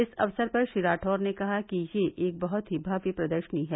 इस अवसर पर श्री राठौर ने कहा कि यह एक बहुत ही भव्य प्रदर्शनी है